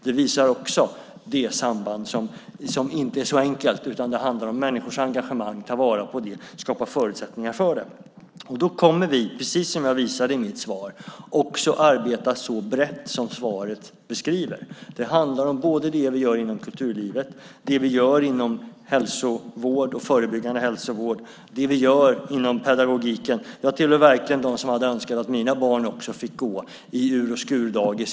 Det visar också att sambandet inte är så enkelt. Det handlar om människors engagemang, att ta vara på det och skapa förutsättningar för det. Vi kommer, precis som jag visade i mitt svar, att arbeta så brett som svaret beskriver. Det handlar om det vi gör inom kulturlivet, det vi gör inom hälsovård och förebyggande hälsovård och det vi gör inom pedagogiken. Jag hade verkligen önskat att mina barn hade fått gå på ur-och-skur-dagis.